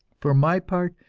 for my part,